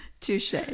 Touche